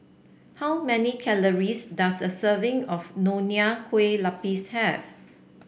how many calories does a serving of Nonya Kueh Lapis have